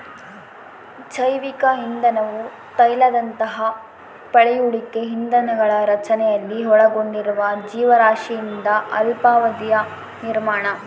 ಜೈವಿಕ ಇಂಧನವು ತೈಲದಂತಹ ಪಳೆಯುಳಿಕೆ ಇಂಧನಗಳ ರಚನೆಯಲ್ಲಿ ಒಳಗೊಂಡಿರುವ ಜೀವರಾಶಿಯಿಂದ ಅಲ್ಪಾವಧಿಯ ನಿರ್ಮಾಣ